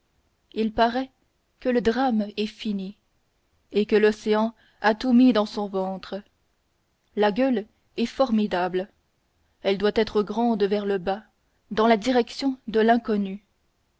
il paraît que le drame est fini et que l'océan a tout mis dans son ventre la gueule est formidable elle doit être grande vers le bas dans la direction de l'inconnu